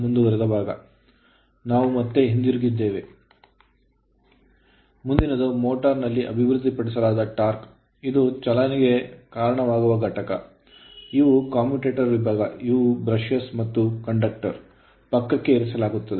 ಮುಂದಿನದು motor motor ನಲ್ಲಿ ಅಭಿವೃದ್ಧಿಪಡಿಸಲಾದ torque ಟಾರ್ಕ್ ಇದು ಚಲನೆಗೆ ಕಾರಣವಾಗುವ ಘಟಕ ಇವು commutator ಕಮ್ಯೂಟರೇಟರ್ ವಿಭಾಗ ಇವು brushes ಬ್ರಷ್ ಗಳು ಮತ್ತು conductor ಕಂಡಕ್ಟರ್ ಗಳನ್ನು ಪಕ್ಕಕ್ಕೆ ಇರಿಸಲಾಗುತ್ತದೆ